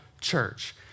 church